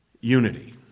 unity